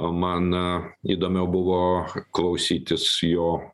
man įdomiau buvo klausytis jo